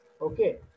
Okay